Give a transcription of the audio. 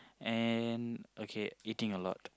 and okay eating a lot